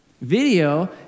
Video